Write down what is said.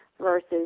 versus